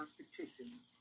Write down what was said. petitions